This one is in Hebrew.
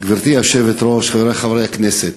גברתי היושבת-ראש, חברי חברי הכנסת,